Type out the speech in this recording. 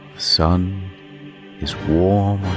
sun is warm